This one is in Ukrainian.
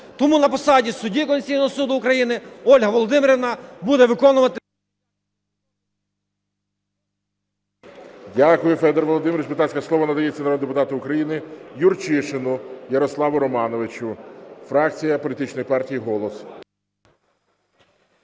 Тому на посаді судді Конституційного Суду України Ольга Володимирівна буде виконувати...